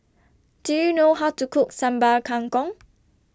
Do YOU know How to Cook Sambal Kangkong